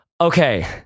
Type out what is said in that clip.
okay